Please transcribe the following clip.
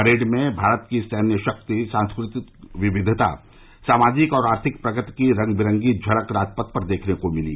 parade में भारत की सैन्य शक्ति सांस्कृतिक विविधता सामाजिक और आर्थिक प्रगति की रंग बिरंगी झलक राजपथ पर देखने को मिली